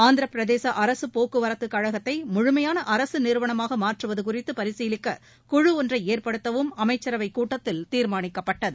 ஆந்திர பிரதேச அரசு போக்குவரத்துக்கழகத்தை முழுமையான அரசு நிறுவனமாக மாற்றுவது குறித்து பரிசீலிக்க குழு ஒன்றை ஏற்படுத்தவும் அமைச்சரவைக் கூட்டத்தில் தீர்மாளிக்கப்பட்டது